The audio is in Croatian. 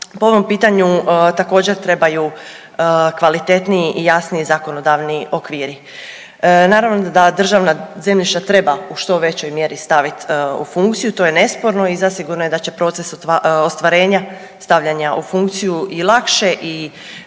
po ovom pitanju također trebaju kvalitetniji i jasniji zakonodavni okviri. Naravno da državna zemljišta treba u što većoj mjeri staviti u funkciju, to je nesporno i zasigurno je da će proces ostvarenja stavljanja u funkciju i lakše i